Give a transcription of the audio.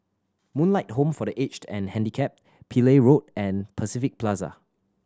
Moonlight Home for The Aged and Handicapped Pillai Road and Pacific Plaza